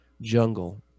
jungle